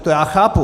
To já chápu.